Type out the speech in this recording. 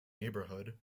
neighborhood